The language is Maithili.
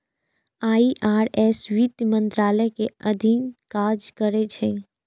आई.आर.एस वित्त मंत्रालय के अधीन काज करै छै